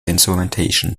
instrumentation